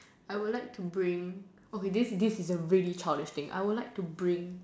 I would like to bring okay this this is a really childish thing I would like to bring